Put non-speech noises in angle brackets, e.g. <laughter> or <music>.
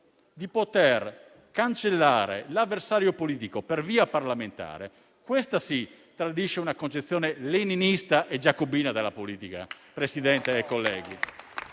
di poter cancellare l'avversario politico per via parlamentare, questa sì, tradisce una concezione leninista e giacobina della politica: <applause> è l'idea